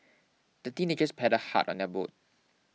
the teenagers paddled hard on their boat